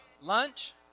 Lunch